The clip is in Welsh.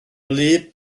wlyb